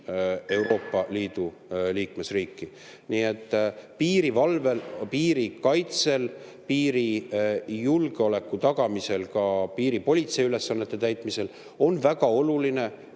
Euroopa Liidu liikmesriiki. Nii et piirivalvel on piirikaitsel, piiri julgeoleku tagamisel, ka piiripolitsei ülesannete täitmisel väga oluline